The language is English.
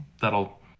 that'll